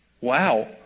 Wow